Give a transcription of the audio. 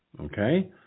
okay